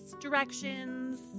directions